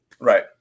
Right